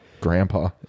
grandpa